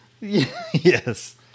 Yes